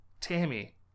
Tammy